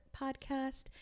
podcast